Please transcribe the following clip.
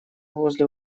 возле